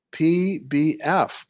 PBF